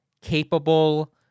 capable